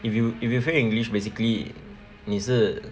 if you if you fail english basically 你是